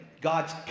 God's